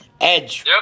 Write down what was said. Edge